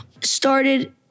started